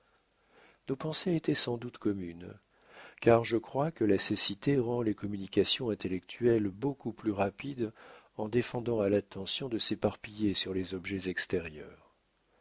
nos pensées étaient sans doute communes car je crois que la cécité rend les communications intellectuelles beaucoup plus rapides en défendant à l'attention de s'éparpiller sur les objets extérieurs